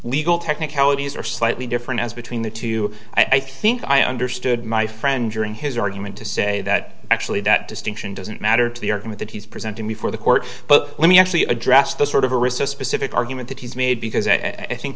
legal technicalities are slightly different as between the two i think i understood my friend during his argument to say that actually that distinction doesn't matter to the argument that he's presented before the court but let me actually address the sort of a reserve specific argument that he's made because and i think